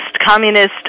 communist